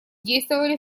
действовали